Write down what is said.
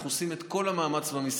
אנחנו עושים את כל המאמץ במשרד.